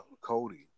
Cody